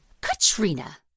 Katrina